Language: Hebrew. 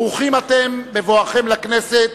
בברכת ברוכים אתם בבואכם לכנסת,